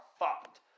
fucked